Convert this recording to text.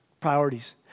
Priorities